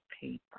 paper